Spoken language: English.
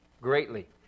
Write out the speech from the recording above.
greatly